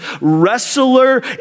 wrestler